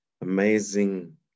amazing